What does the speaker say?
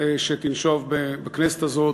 שתנשוב בכנסת הזו,